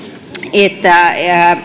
että